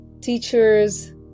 teachers